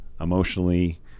emotionally